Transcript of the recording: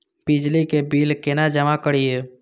बिजली के बिल केना जमा करिए?